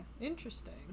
interesting